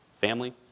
family